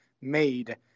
made